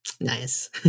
nice